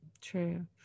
true